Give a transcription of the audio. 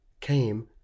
came